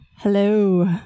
Hello